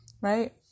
right